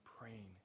praying